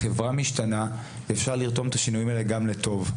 החברה משתנה ואפשר לרתום את השינויים האלה גם לטוב.